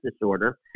disorder